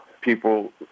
people